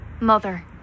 Mother